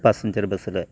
passenger ബെസ്സിൽ